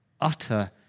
Utter